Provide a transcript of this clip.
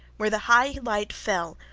where the high light fell,